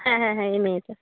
হ্যাঁ হ্যাঁ হ্যাঁ এই মে তে